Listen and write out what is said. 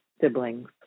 siblings